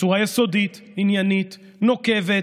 בצורה יסודית עניינית, נוקבת,